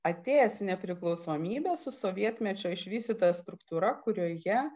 atėjęs į nepriklausomybę su sovietmečio išvystyta struktūra kurioje